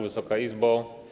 Wysoka Izbo!